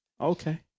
Okay